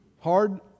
Hard